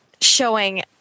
showing